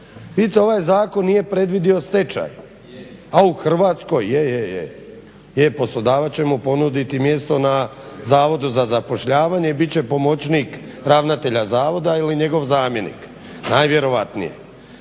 ovaj zakon nije predvidio stečaj, a u Hrvatskoj … /Upadica se ne razumije./… Je, je. Poslodavac će mu ponuditi mjesto na Zavodu za zapošljavanje i bit će pomoćnik ravnatelja zavoda ili njegov zamjenik, najvjerojatnije.